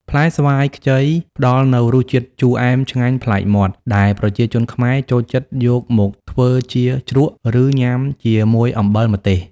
ផ្លែស្វាយខ្ចីផ្តល់នូវរសជាតិជូរអែមឆ្ងាញ់ប្លែកមាត់ ដែលប្រជាជនខ្មែរចូលចិត្តយកមកធ្វើជាជ្រក់ ឬញុំាជាមួយអំបិលម្ទេស។